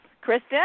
Kristen